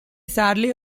sadly